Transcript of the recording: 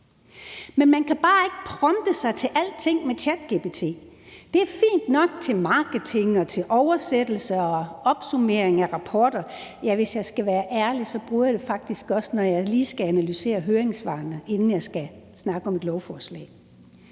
Men man kan bare ikke prompte sig til alting med ChatGPT. Det er fint nok til marketing og til oversættelse og til opsummering af rapporter – ja, hvis jeg skal være ærlig, bruger jeg det faktisk også, når jeg lige skal analysere høringssvarene, inden jeg skal snakke om et lovforslag.